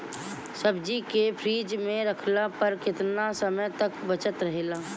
सब्जी के फिज में रखला पर केतना समय तक बचल रहेला?